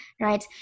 Right